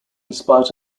spite